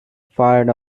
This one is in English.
fired